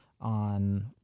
on